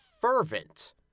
fervent